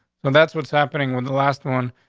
and that's what's happening with the last one,